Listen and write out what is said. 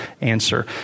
answer